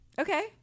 Okay